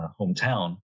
hometown